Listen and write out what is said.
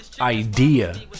idea